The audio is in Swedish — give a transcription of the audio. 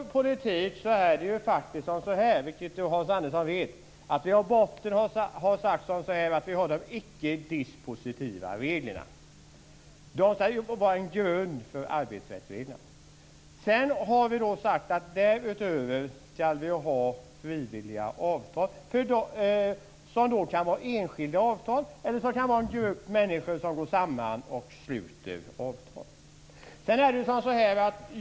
Som Hans Andersson vet har vi i debatten sagt att vi har de icke-dispositiva reglerna. De är en grund för arbetsrättsreglerna. Sedan har vi sagt att därutöver skall vi ha frivilliga avtal. Det kan vara enskilda avtal eller avtal som sluts av en grupp enskilda människor som går samman.